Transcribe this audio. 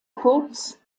kurz